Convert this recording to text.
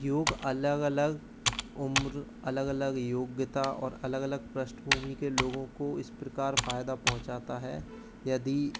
योग अलग अलग उम्र अलग अलग योग्यता और अलग अलग पृष्ठभूमि के लोगों को इस प्रकार फायदा पहुँचाता है यदि